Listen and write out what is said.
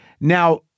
Now